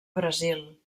brasil